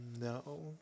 no